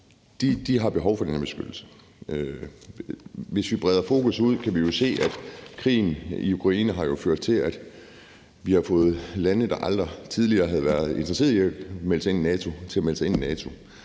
har behov for den her beskyttelse. Hvis vi breder fokus ud, kan vi se, at krigen i Ukraine har ført til, at vi har fået lande, der aldrig tidligere har været interesseret i at melde sig ind i NATO, til at melde sig ind i NATO.